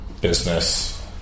business